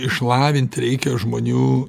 išlavinti reikia žmonių